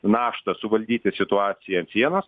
naštą suvaldyti situaciją ant sienos